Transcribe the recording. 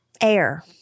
air